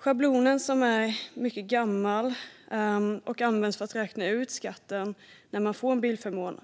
Schablonen, som är mycket gammal och används för att räkna ut skatten när man får en bilförmån,